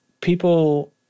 people